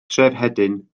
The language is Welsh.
trefhedyn